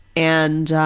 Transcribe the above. and